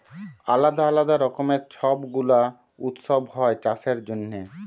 আলদা আলদা রকমের ছব গুলা উৎসব হ্যয় চাষের জনহে